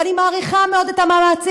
אני מעריכה מאוד את המאמצים,